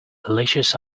delicious